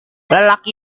lelaki